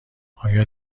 آیا